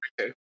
okay